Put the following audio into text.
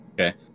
okay